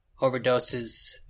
overdoses